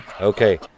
Okay